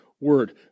word